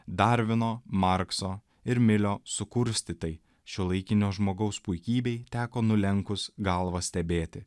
darvino markso ir milio sukurstytai šiuolaikinio žmogaus puikybei teko nulenkus galvą stebėti